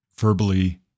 verbally